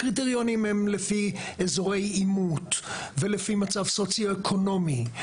הקריטריונים הם לפי אזורי עימות ולפי מצב סוציואקונומי.